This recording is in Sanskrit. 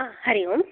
हरि ओम्